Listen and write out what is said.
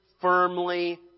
firmly